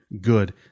Good